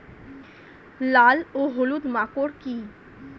লাল ও হলুদ মাকর কী?